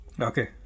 Okay